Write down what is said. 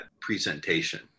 presentation